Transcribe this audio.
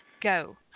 Go